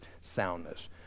soundness